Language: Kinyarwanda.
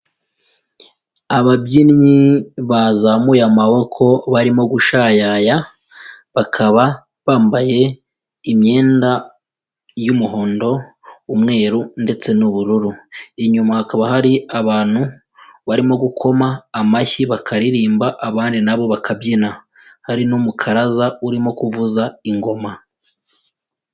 Ababyinnyi bazamuye amaboko barimo gushayaya, bakaba bambaye imyenda y'umuhondo, umweru ndetse n'ubururu, inyuma hakaba hari abantu barimo gukoma amashyi bakaririmba abandi nabo bakabyina, hari n'umukaraza urimo kuvuza ingoma.